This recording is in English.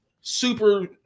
super